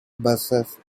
buses